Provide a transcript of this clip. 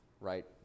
right